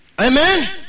amen